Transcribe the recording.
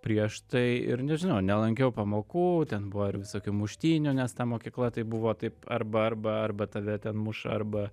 prieš tai ir nežinau nelankiau pamokų ten buvo ir visokių muštynių nes ta mokykla tai buvo taip arba arba arba tave ten muša arba